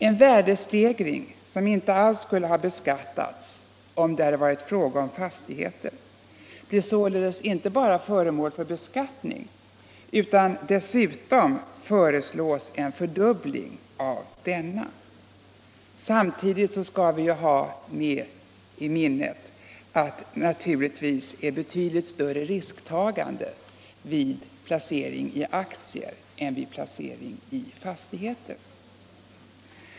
En värdestegring som inte alls skulle ha beskattats om det varit fråga om fastigheter blir således inte bara föremål för beskattning, utan dessutom föreslås en fördubbling av denna: Vi skall i detta sammanhang hålla i minnet att det naturligtvis är ett betydligt större risktagande vid placering i aktier än i fastigheter.